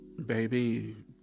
Baby